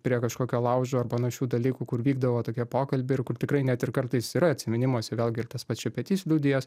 prie kažkokio laužo ar panašių dalykų kur vykdavo tokie pokalbiai ir kur tikrai net ir kartais yra atsiminimuose vėlgi ir tas pats šepetys liudijęs